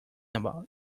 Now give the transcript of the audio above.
about